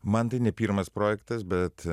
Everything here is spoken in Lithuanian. man tai ne pirmas projektas bet